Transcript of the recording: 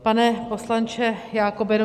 Pane poslanče Jakobe.